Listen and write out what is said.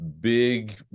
big